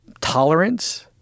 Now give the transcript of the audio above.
tolerance